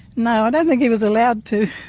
no, i don't think he was allowed to,